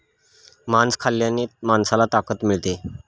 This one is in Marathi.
मांस खाल्ल्याने माणसाला ताकद मिळते